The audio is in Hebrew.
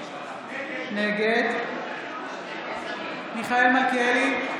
נגד מיכאל מלכיאלי,